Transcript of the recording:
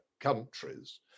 countries